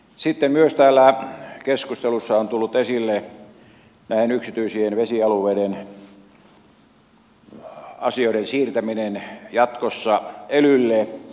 sitten myös täällä keskustelussa on tullut esille näiden yksityisien vesialueiden asioiden siirtäminen jatkossa elylle